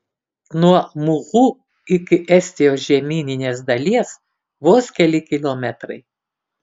nuo muhu iki estijos žemyninės dalies vos keli kilometrai